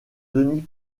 denis